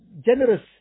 generous